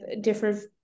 different